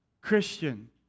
Christian